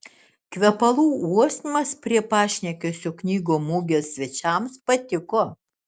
kvepalų uostymas prie pašnekesio knygų mugės svečiams patiko